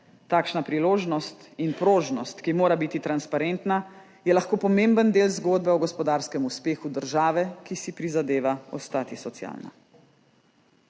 Takšna prožnost, ki mora biti transparentna, je lahko pomemben del zgodbe o gospodarskem uspehu države, ki si prizadeva ostati socialna.